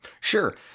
Sure